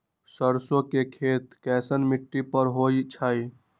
सरसों के खेती कैसन मिट्टी पर होई छाई?